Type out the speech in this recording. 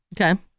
okay